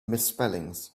misspellings